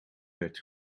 werd